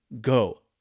go